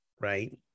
Right